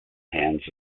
hands